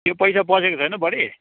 त्यो पैसा पसेको छैन बडी